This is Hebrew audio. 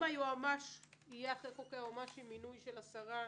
אם אחרי חוק היועמ"שים יהיה מינוי של השרה,